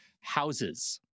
Houses